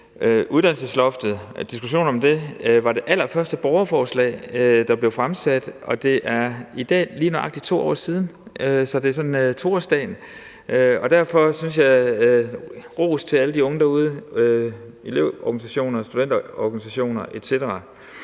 uddannelsesloftet var i forbindelse med det allerførste borgerforslag, der blev fremsat, og det er i dag lige nøjagtig 2 år siden – så det her er sådan på 2-årsdagen. Derfor er der ros til alle de unge derude i elevorganisationer, studenterorganisationer etc.